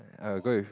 err go with